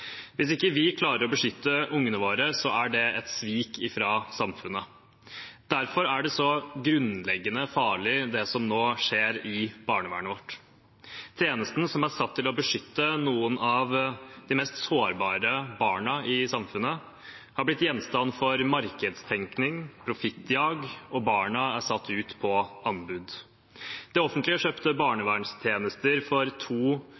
Hvis ikke vi klarer å beskytte ungene våre, er det et svik fra samfunnet. Derfor er det så grunnleggende farlig, det som nå skjer i barnevernet vårt. Tjenesten som er satt til å beskytte noen av de mest sårbare barna i samfunnet, har blitt gjenstand for markedstenkning, profittjag, og barna er satt ut på anbud. Det offentlige kjøpte barnevernstjenester for